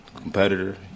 competitor